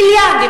מיליארדים.